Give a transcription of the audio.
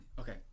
okay